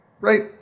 right